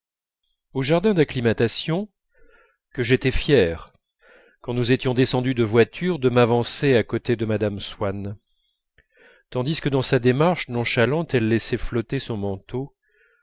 au jardin d'acclimatation que j'étais fier quand nous étions descendus de voiture de m'avancer à côté de mme swann tandis que dans sa démarche nonchalante elle laissait flotter son manteau